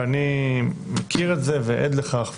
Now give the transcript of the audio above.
אני מכיר את זה מקרוב ועד לכך.